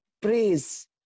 praise